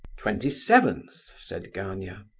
twenty-seventh! said gania.